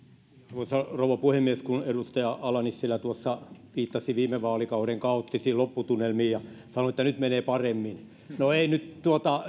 arvoisa rouva puhemies edustaja ala nissilä tuossa viittasi viime vaalikauden kaoottisiin lopputunnelmiin ja sanoi että nyt menee paremmin no ei nyt